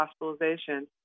hospitalization